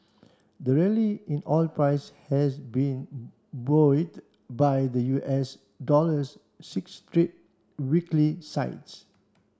the rally in oil prices has been buoyed by the U S dollar's six straight weekly slides